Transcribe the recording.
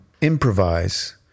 improvise